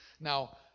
Now